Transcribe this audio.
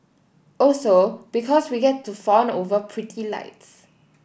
also because we get to fawn over pretty lights